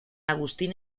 agustín